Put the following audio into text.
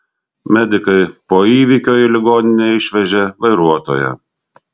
medikai po įvykio į ligoninę išvežė vairuotoją